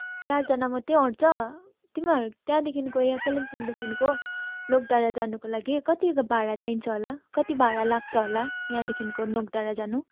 चारजना मात्रै अँट्छ तिमीहरूको त्यहाँदेखिको यहाँ कालिम्पोङदेखिको नोकडाँडा जानको लागि कति भाडा चाहिन्छ होला कति भाडा लाग्छ होला यहाँदेखिको नोकडाँडा जानु